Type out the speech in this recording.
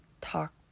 talk